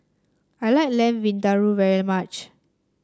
I like Lamb Vindaloo very much